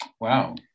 Wow